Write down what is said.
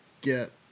get